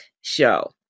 show